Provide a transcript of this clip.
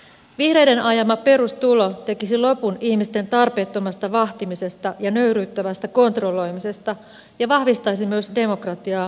vihreiden ajama perustulo tekisi lopun ihmisten tarpeettomasta vahtimisesta ja nöyryyttävästä kontrolloimisesta ja vahvistaisi myös demokratiaa ja osallisuutta